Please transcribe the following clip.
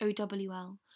OWL